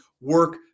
work